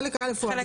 חלק א' הוא ההגדרות.